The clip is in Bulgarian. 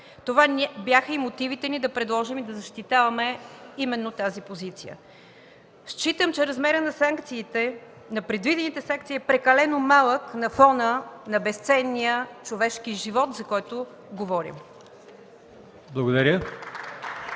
Това бяха и мотивите ни да предложим и защитаваме именно тази позиция. Смятам, че размерът на предвидените санкции е прекалено малък на фона на безценния човешки живот, за който говорим.